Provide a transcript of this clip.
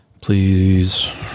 Please